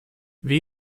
wie